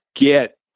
get